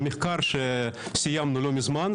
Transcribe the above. המחקר שסיימנו לא זמן,